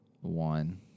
one